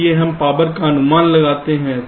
इसलिए हम पावर का अनुमान लगा रहे हैं